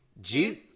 Juice